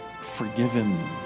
forgiven